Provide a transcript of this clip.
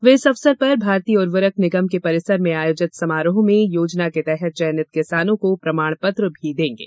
वे इस अवसर पर भारतीय उर्वरक निगम के परिसर में आयोजित समारोह में योजना के तहत चयनित किसानों को प्रमाणपत्र भी प्रदान करेंगे